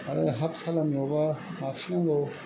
आरो हाफ सालामियावबा लाखिनांगौ